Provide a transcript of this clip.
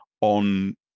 On